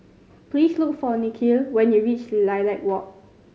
please look for Nikhil when you reach Lilac Walk